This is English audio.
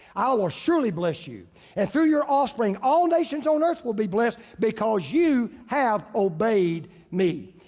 ah will surely bless you and through your offspring, all nations on earth will be blessed, because you have obeyed me.